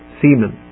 semen